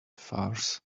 farce